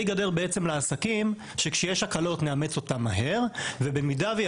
על הקלה והחמרה בשני עניינים שונים.